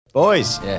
Boys